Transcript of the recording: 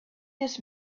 his